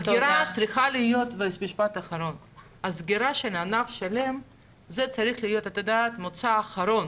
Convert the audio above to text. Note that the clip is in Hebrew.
הסגירה של ענף שלם צריכה להיות מוצא אחרון,